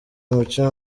umukinnyi